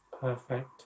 Perfect